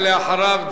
ואחריו,